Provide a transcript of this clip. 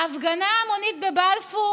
ההפגנה ההמונית בבלפור